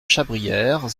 chabrière